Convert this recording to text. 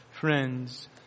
friends